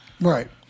right